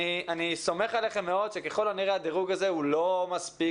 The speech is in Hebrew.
אני סומך עליכם מאוד שככל הנראה הדירוג הזה הוא לא מספיק